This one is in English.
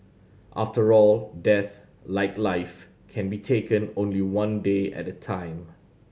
after all death like life can be taken only one day at a time